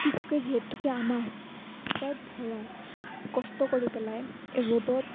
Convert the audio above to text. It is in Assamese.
কৃষকে যিহেতুকে আমাৰ পেট ভৰাই কষ্ট কৰি পেলাই এই ৰ'দত